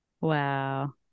Wow